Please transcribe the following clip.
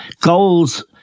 Goals